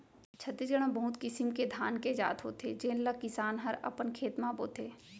छत्तीसगढ़ म बहुत किसिम के धान के जात होथे जेन ल किसान हर अपन खेत म बोथे